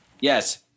Yes